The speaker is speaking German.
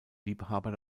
liebhaber